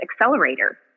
Accelerator